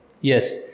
yes